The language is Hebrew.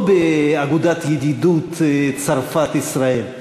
לא אגודת ידידות צרפת-ישראל,